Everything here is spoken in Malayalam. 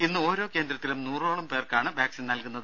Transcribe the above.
ഇന്ന് ഓരോ കേന്ദ്രത്തിലും നൂറോളം പേർക്കാണ് വാക്സിൻ നൽകുന്നത്